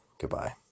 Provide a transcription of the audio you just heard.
Goodbye